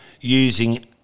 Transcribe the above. using